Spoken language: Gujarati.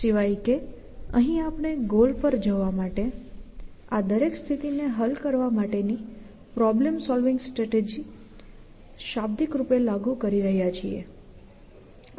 સિવાય કે અહીં આપણે ગોલ પર જવા માટે આ દરેક સ્થિતિ ને હલ કરવા માટે ની પ્રોબ્લેમ સોલવિંગ સ્ટ્રેટેજી શાબ્દિક રૂપે લાગુ કરી રહ્યા છીએ